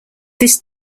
this